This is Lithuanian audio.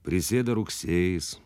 prisėda rugsėjis